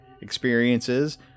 experiences